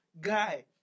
Guy